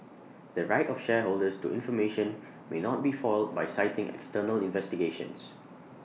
the right of shareholders to information may not be foiled by citing external investigations